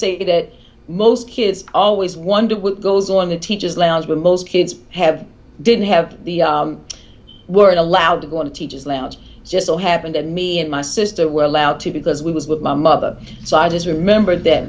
say that most kids always wonder what goes on the teacher's lounge when most kids have didn't have the word allowed to go on a teacher's lounge just so happened to me and my sister were allowed to because we was with my mother so i just remember th